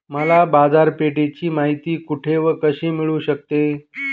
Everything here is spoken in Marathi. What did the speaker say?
मला बाजारपेठेची माहिती कुठे व कशी मिळू शकते?